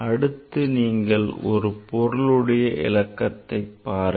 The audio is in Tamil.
அடுத்து நீங்கள் இந்த பொருளுடைய இலக்கத்தை பாருங்கள்